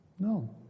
No